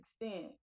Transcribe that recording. extent